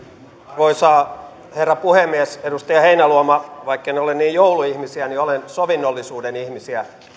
arvoisa herra puhemies edustaja heinäluoma vaikka en ole niin jouluihmisiä olen sovinnollisuuden ihmisiä